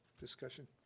Discussion